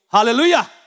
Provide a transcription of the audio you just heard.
Hallelujah